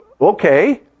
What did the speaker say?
Okay